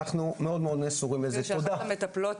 תודה רבה.